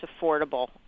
affordable